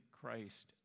Christ